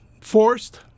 forced